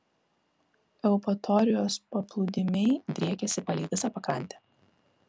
eupatorijos paplūdimiai driekiasi palei visą pakrantę